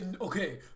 Okay